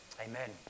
Amen